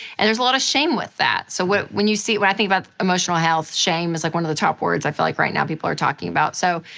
and there's a lot of shame with that. so, when when you see it, when i think about emotional health, shame is like one of the top words i feel like right now people are talking about. so,